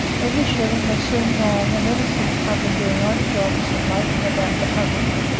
every shilling was soon gone, and eversince i've been doing odd jobs and loafing about the publics.